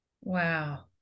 Wow